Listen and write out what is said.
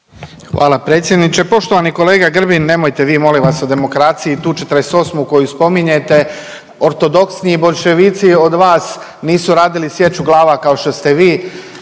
Hvala predsjedniče. Poštovani kolega Grbin nemojte vi molim vas o demokraciji. Tu '48. koju spominjete ortodoksniji boljševici od vas nisu radili sječu glava kao što ste vi.